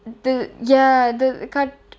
the ya the cut